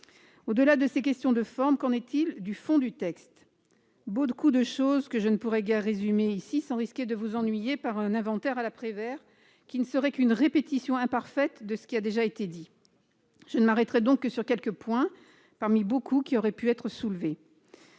Au-delà de ces questions de forme, qu'en est-il du fond du texte ? Nombre de choses, que je ne pourrais guère résumer ici sans risquer de vous ennuyer par un inventaire à la Prévert, qui ne serait qu'une répétition imparfaite de ce qui a déjà été dit. Je ne m'arrêterai donc que sur quelques points, parmi beaucoup qui auraient pu être soulevés.